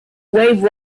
wave